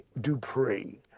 Dupree